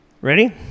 Ready